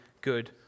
good